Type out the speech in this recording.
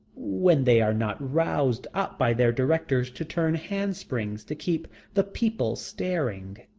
when they are not roused up by their directors to turn handsprings to keep the people staring.